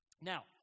Now